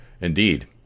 Indeed